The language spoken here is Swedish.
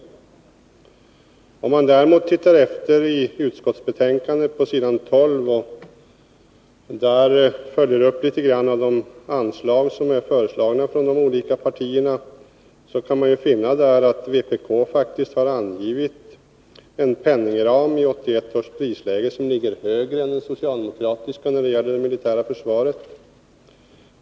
Ser man däremot på vad som redovisas i utskottsbetänkandet på s. 12, där man sammanställt de anslag som är föreslagna av de olika partierna, ser man att vpk faktiskt har angivit en medelsram i 1981 års prisläge som går utöver den socialdemokratiska när det gäller det militära försvaret.